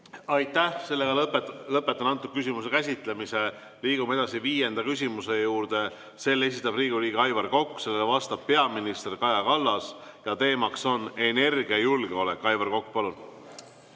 Aitäh! Lõpetan selle küsimuse käsitlemise. Liigume edasi viienda küsimuse juurde. Selle esitab Riigikogu liige Aivar Kokk, sellele vastab peaminister Kaja Kallas ja teema on energiajulgeolek. Aivar Kokk, palun!